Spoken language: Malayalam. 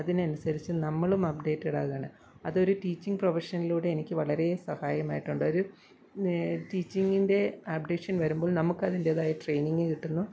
അതിനനുസരിച്ച് നമ്മളും അപ്ഡേറ്റഡാകാണ് അതൊരു ടീച്ചിങ് പ്രൊഫെഷനിലൂടെ എനിക്ക് വളരെ സഹായമായിട്ടുണ്ട് ഒരു ടീച്ചിങ്ങിൻ്റെ അപ്ഡേഷൻ വരുമ്പോൾ നമുക്കതിൻറ്റേതായ ട്രെയ്നിങ് കിട്ടുന്നു